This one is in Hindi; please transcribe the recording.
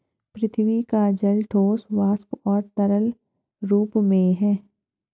पृथ्वी पर जल ठोस, वाष्प और तरल रूप में है